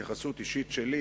התייחסות אישית שלי